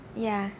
ya